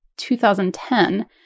2010